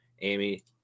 Amy